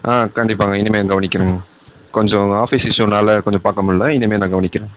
ஆ கண்டிப்பாங்க இனிமே கவனிக்கிறேங்க கொஞ்சம் ஆஃபிஸ் இஷ்யூனால் கொஞ்சம் பார்க்க முடில்ல இனிமேல் நான் கவனிக்கிறேன்